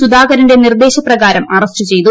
സുധാകരന്റെ നിർദേശ പ്രകാരം അറസ്റ്റ്ചെയ്തു